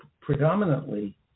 predominantly